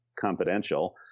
confidential